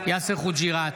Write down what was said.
יאסר חוג'יראת,